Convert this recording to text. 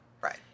Right